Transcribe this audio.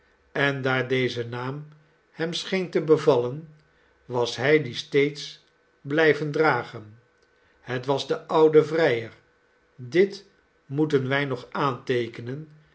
en daar deze naam hem scheen te bevallen was hij dien steeds blijven dragen het was de oude vrijer dit moeten wij nog aanteekenen